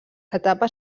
etapa